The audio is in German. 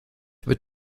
wird